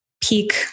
peak